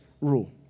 rule